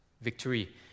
victory